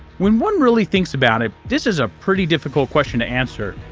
when one really thinks about it. this is a pretty difficult question to answer,